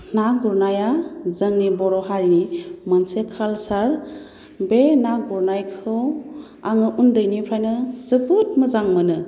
ना गुरनाया जोंनि बर' हारिनि मोनसे कालसार बे ना गुरनायखौ आङो उन्दैनिफ्रायनो जोबोद मोजां मोनो